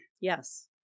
Yes